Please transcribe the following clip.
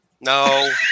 no